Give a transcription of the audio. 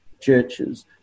churches